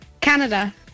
Canada